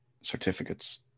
certificates